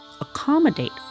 accommodate